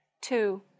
Two